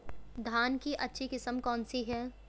धान की अच्छी किस्म कौन सी है?